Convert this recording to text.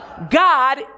God